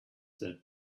that